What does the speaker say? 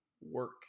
work